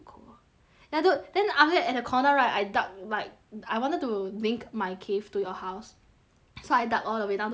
ya dude then after that at the corner right I dug like I wanted to link my cave to your house so I dug all the way down to level eleven